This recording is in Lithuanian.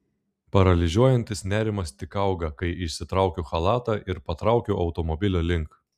paralyžiuojantis nerimas tik auga kai išsitraukiu chalatą ir patraukiu automobilio link